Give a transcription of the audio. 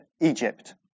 Egypt